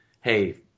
hey